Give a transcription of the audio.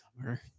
summer